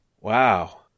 Wow